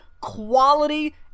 quality